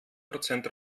prozent